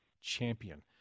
champion